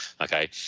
Okay